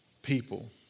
people